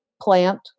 plant